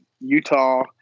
Utah